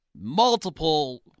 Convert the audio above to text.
Multiple